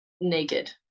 naked